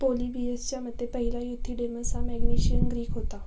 पोलिबियसच्या मते पहिला युथीडेमस हा मॅगनिशियन ग्रीक होता